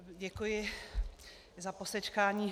Děkuji za posečkání.